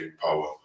power